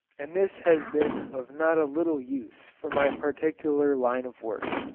and this has been of not a little use for my particular line of work.